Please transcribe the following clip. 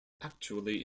actually